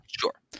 sure